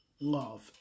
love